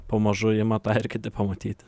pamažu ima tą ir kiti pamatyti